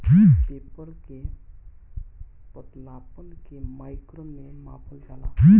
paper के पतलापन के माइक्रोन में नापल जाला